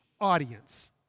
audience